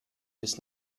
bis